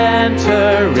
enter